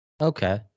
Okay